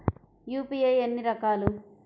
UPI ఎన్ని రకాలు?